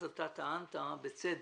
אבל אז טענת בצדק,